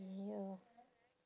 ya